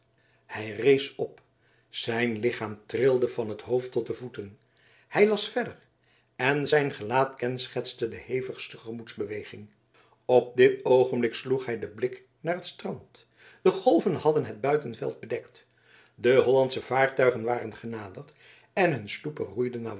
hij rees op zijn lichaam trilde van het hoofd tot de voeten hij las verder en zijn gelaat kenschetste de hevigste gemoedsbeweging op dit oogenblik sloeg hij den blik naar het strand de golven hadden het buitenveld bedekt de hollandsche vaartuigen waren genaderd en hun sloepen roeiden naar